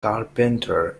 carpenter